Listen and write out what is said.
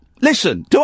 Listen